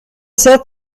sehr